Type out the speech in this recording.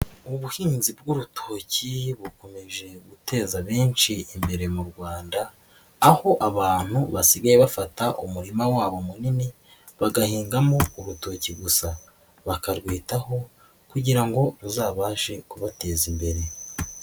Ubuhinzi bw'urutoki bukomeje guteza benshi imbere mu Rwanda, aho abantu basigaye bafata umurima wabo munini bagahingamo urutoki gusa, bakarwitaho kugirango ngo bazabashe kubateza imbere.